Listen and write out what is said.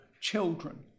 children